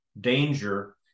danger